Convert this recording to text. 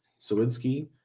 Sawinski